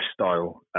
style